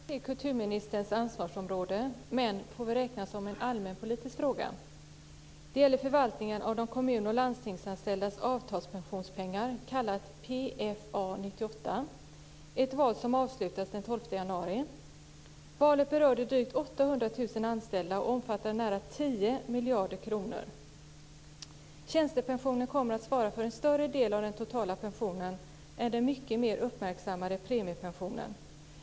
Fru talman! Min fråga hör inte till kulturministerns ansvarsområde, utan får räknas mer som en allmänpolitisk fråga. Den gäller förvaltningen av de kommun och landstingsanställdas avtalspensionspengar, kallat PFA 98, ett val som avslutades den 12 Valet berörde drygt 800 000 anställda och omfattade nära 10 miljarder kronor. Tjänstepensionen kommer att svara för en större del av den totala pensionen än den mycket mer uppmärksammade premiepensionen.